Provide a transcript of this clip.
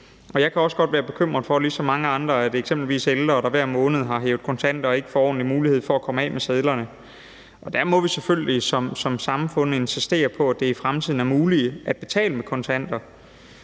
mange andre være bekymret for, at eksempelvis ældre, der hver måned har hævet kontanter, ikke får ordentlig mulighed for at komme af med sedlerne. Og der må vi selvfølgelig som samfund insistere på, at det i fremtiden er muligt at betale med kontanter.